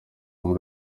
muri